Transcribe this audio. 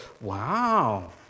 wow